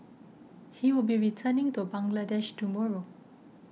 he will be returning to Bangladesh tomorrow